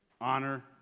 Honor